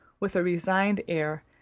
with a resigned air,